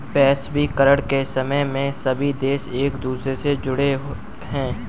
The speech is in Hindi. वैश्वीकरण के समय में सभी देश एक दूसरे से जुड़े है